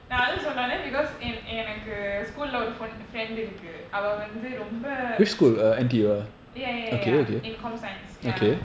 நான்வந்துசொன்னஉடனே:naan vandhu sonna udane because in in எனக்கு:enakku school இருக்கு:irukku ya ya ya ya in com science ya